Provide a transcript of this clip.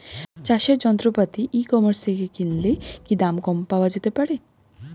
চাষের যন্ত্রপাতি e commerce থেকে কিনলে কি দাম কম পাওয়া যেতে পারে?